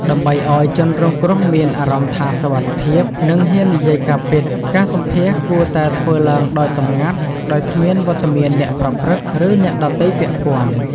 ដើម្បីឲ្យជនរងគ្រោះមានអារម្មណ៍ថាសុវត្ថិភាព និងហ៊ាននិយាយការពិត ការសម្ភាសន៍គួរតែធ្វើឡើងដោយសម្ងាត់ ដោយគ្មានវត្តមានអ្នកប្រព្រឹត្ត ឬអ្នកដទៃពាក់ព័ន្ធ។